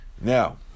Now